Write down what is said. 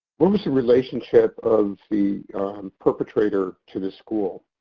what was the relationship of the perpetrator to the school?